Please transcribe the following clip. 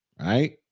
right